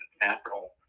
natural